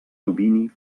domini